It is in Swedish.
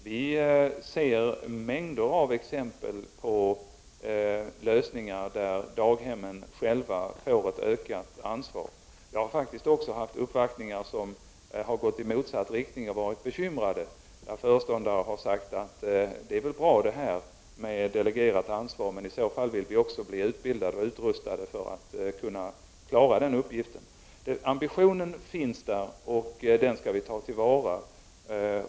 Vi ser mängder av exempel på lösningar, där daghemmen själva får ökat ansvar. Jag har faktiskt också fått uppvaktningar som gått i motsatt riktning och där människor varit bekymrade. Föreståndare har sagt: Det är väl bra med delegerat ansvar, men i så fall vill vi bli utbildade och utrustade för att kunna klara den uppgiften. Ambitionen finns, och den skall vi ta till vara.